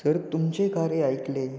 sir तुमचे कार्य ऐकले